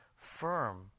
firm